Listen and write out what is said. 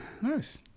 Nice